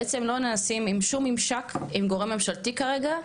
בעצם לא נעשים עם שום ממשק עם גורם ממשלתי כרגע,